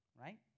right